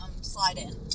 slide-in